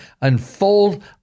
unfold